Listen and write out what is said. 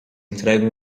entrega